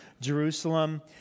Jerusalem